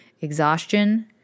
Exhaustion